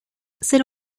ser